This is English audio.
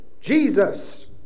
Jesus